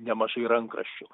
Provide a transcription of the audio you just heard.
nemažai rankraščių